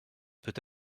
peut